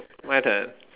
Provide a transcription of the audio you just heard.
my turn